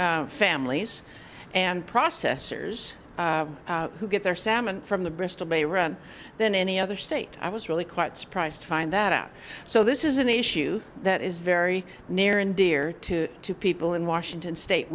and families and processors who get their salmon from the bristol bay run than any other state i was really quite surprised to find that out so this is an issue that is very near and dear to to people in washington state